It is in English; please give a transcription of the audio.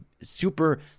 super